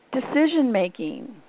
decision-making